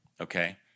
okay